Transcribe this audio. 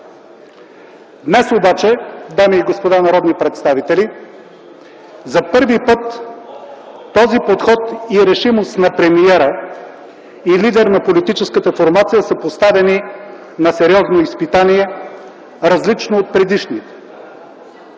Днес обаче, дами и господа народни представители, за първи път този подход и решимост на премиера и лидер на политическата формация са поставени на сериозно изпитание, различно от предишните.